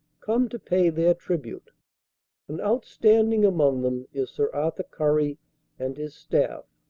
come to pay their tribute and outstanding among them is sir arthur currie and his staff,